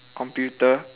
computer